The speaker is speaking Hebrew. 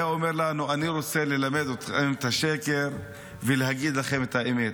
הוא היה אמור לנו: אני רוצה ללמד אתכם את השקר ולהגיד לכם את האמת.